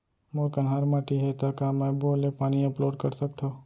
मोर कन्हार माटी हे, त का मैं बोर ले पानी अपलोड सकथव?